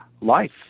life